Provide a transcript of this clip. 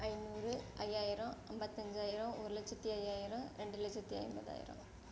ஐநூறு ஐயாயிரம் ஐம்பத்தி அஞ்சாயிரம் ஒரு லட்சத்து ஐயாயிரம் ரெண்டு லட்சத்து ஐம்பதாயிரம்